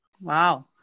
Wow